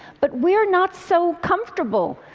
but we're not so comfortable.